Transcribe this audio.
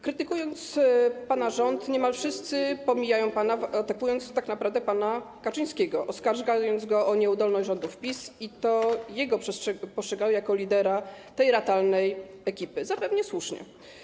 Krytykując pana rząd, niemal wszyscy pomijają pana, atakując tak naprawdę pana Kaczyńskiego, oskarżając go o nieudolność rządów PiS, i to jego postrzegają jako lidera tej ratalnej ekipy, zapewne słusznie.